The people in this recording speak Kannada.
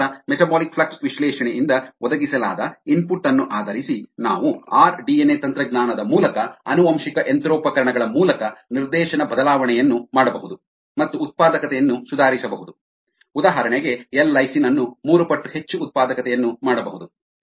ತದನಂತರ ಮೆಟಾಬಾಲಿಕ್ ಫ್ಲಕ್ಸ್ ವಿಶ್ಲೇಷಣೆಯಿಂದ ಒದಗಿಸಲಾದ ಇನ್ಪುಟ್ ಅನ್ನು ಆಧರಿಸಿ ನಾವು ಆರ್ ಡಿಎನ್ಎ ತಂತ್ರಜ್ಞಾನದ ಮೂಲಕ ಆನುವಂಶಿಕ ಯಂತ್ರೋಪಕರಣಗಳ ಮೂಲಕ ನಿರ್ದೇಶನ ಬದಲಾವಣೆಯನ್ನು ಮಾಡಬಹುದು ಮತ್ತು ಉತ್ಪಾದಕತೆಯನ್ನು ಸುಧಾರಿಸಬಹುದು ಉದಾಹರಣೆಗೆ ಎಲ್ ಲೈಸಿನ್ ಅನ್ನು ಮೂರು ಪಟ್ಟು ಹೆಚ್ಚು ಉತ್ಪಾದಕತೆಯನ್ನು ಮಾಡಬಹುದು